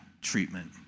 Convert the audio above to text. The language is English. treatment